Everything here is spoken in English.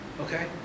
Okay